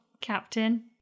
captain